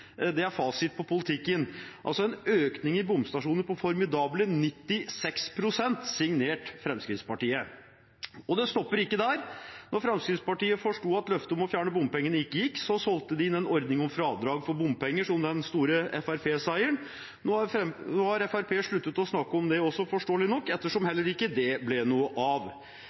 Det er fasiten på politikken – altså en økning i bomstasjoner på formidable 96 pst., signert Fremskrittspartiet. Og det stopper ikke der. Da Fremskrittspartiet forsto at løftet om å fjerne bompengene ikke gikk, solgte de inn en ordning om fradrag for bompenger som den store Fremskrittsparti-seieren. Nå har Fremskrittspartiet sluttet å snakke om det også, forståelig nok, ettersom heller ikke det ble noe av.